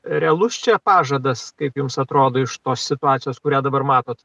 realus čia pažadas kaip jums atrodo iš tos situacijos kurią dabar matot